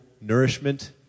nourishment